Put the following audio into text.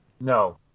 No